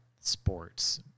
sports